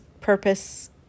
purpose